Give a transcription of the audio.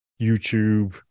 YouTube